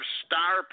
star